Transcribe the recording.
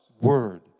Word